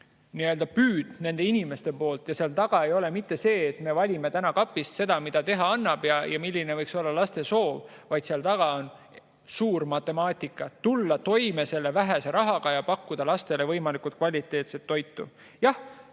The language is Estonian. suur püüd nende inimeste poolt. Ja seal taga ei ole mitte see, et me valime täna kapist seda, mida teha annab või milline võiks olla laste soov, vaid seal taga on suur matemaatika. Tulla toime selle vähese rahaga ja pakkuda lastele võimalikult kvaliteetset toitu.